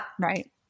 Right